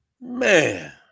Man